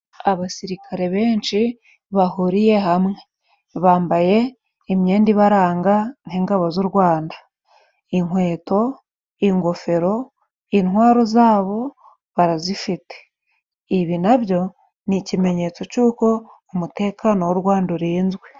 Abasirikare benshi bahuriye hamwe bambaye imyenda ibaranga nk'ingabo z'u Rwanda inkweto, ingofero, intwaro zabo barazifite. Ibi nabyo ni ikimenyetso cy'uko umutekano w'u Rwanda urinzwe.